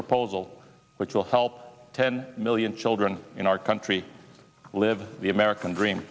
proposal which will help ten million children in our country live the american dream